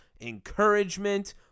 encouragement